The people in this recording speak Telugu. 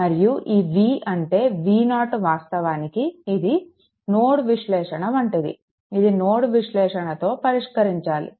మరియు ఈ V అంటే V0 వాస్తవానికి ఇది నోడల్ విశ్లేషణ వంటిది ఇది నోడల్ విశ్లేషణతో పరిష్కరించాలి